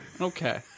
Okay